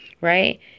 Right